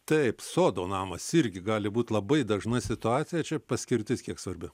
taip sodo namas irgi gali būt labai dažna situacija čia paskirtis kiek svarbi